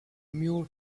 mule